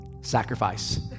sacrifice